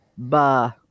bah